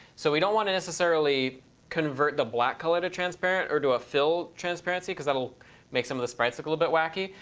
so we don't want to necessarily convert the black color to transparent, or do a fill transparency, because that will make some of the sprites look a little bit wacky.